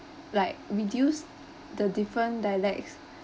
like reduce the different dialects